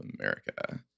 America